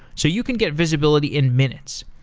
so you can get visibility in minutes.